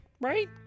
right